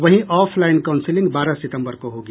वहीं offline counselling बारह सितंबर को होगी